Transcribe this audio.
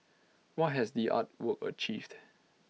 what has the art work achieved